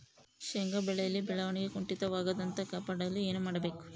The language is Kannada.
ಶೇಂಗಾ ಬೆಳೆಯಲ್ಲಿ ಬೆಳವಣಿಗೆ ಕುಂಠಿತವಾಗದಂತೆ ಕಾಪಾಡಲು ಏನು ಮಾಡಬೇಕು?